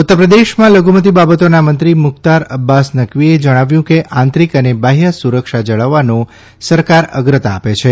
ઉત્તરપ્રદેશમાં લધુમતિ બાબતોના મંત્રી મુખ્તાર અબ્બાસ નકવીએ જણાવ્યું કે આંતરિક અને બાહ્ય સુરક્ષઆ જાળવવાનો સરકાર અગ્રતા આપે છે